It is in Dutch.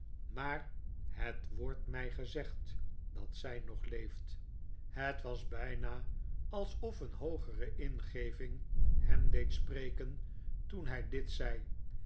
maar het wordt mij gezegd dat zij nog leeft het was bijna mspf een hoogere ingeving hem deed spreken toen hij dit zei